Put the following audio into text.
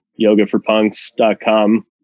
yogaforpunks.com